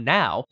now